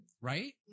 Right